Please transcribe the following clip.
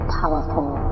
powerful